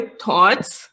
thoughts